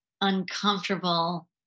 uncomfortable